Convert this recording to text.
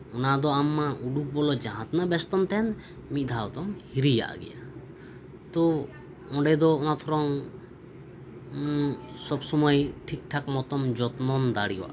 ᱚᱱᱟ ᱫᱚ ᱟᱢ ᱢᱟ ᱩᱰᱩᱠ ᱵᱚᱞᱚᱜ ᱡᱟᱦᱟᱸ ᱛᱤᱱᱟᱹᱜ ᱵᱮᱥᱛᱚᱢ ᱛᱟᱦᱮᱱ ᱢᱤᱫ ᱫᱷᱟᱣ ᱫᱚᱢ ᱦᱤᱨᱤᱭᱟᱜ ᱜᱮᱭᱟ ᱛᱚ ᱚᱸᱰᱮ ᱫᱚ ᱚᱱᱟ ᱛᱷᱨᱚᱝ ᱥᱚᱵᱽ ᱥᱚᱢᱚᱭ ᱴᱷᱤᱠ ᱴᱷᱟᱠ ᱢᱚᱛᱚᱢ ᱡᱚᱛᱱᱚ ᱫᱟᱲᱮᱭᱟᱜᱼᱟ